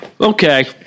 Okay